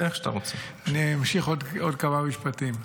אמשיך עוד כמה משפטים.